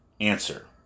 answer